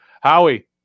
Howie